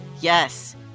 Yes